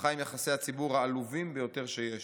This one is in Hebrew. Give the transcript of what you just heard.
המשפחה עם יחסי הציבור העלובים ביותר שיש.